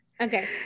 okay